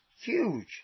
huge